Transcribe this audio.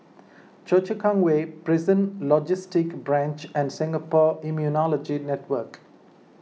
Choa Chu Kang Way Prison Logistic Branch and Singapore Immunology Network